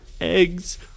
eggs